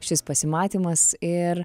šis pasimatymas ir